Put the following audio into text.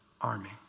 army